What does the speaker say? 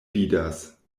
vidas